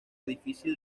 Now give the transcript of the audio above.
difícil